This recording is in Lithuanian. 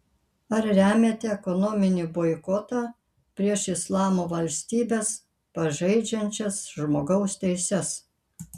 ar remiate ekonominį boikotą prieš islamo valstybes pažeidžiančias žmogaus teises